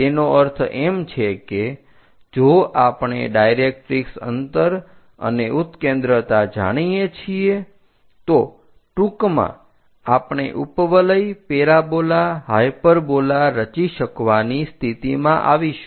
તેનો અર્થ એમ છે કે જો આપણે ડાયરેકરીક્ષ અંતર અને ઉત્કેન્દ્રતા જાણીએ છીએ તો ટૂંકમાં આપણે ઉપવલય પેરાબોલા હાયપરબોલા રચી શકવાની સ્થિતિમાં આવીશું